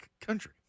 country